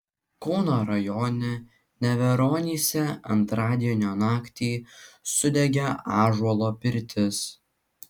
kauno rajone neveronyse antradienio naktį sudegė ąžuolo pirtis